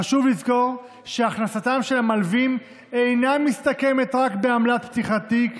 חשוב לזכור שהכנסתם של המלווים אינה מסתכמת רק בעמלת פתיחת תיק,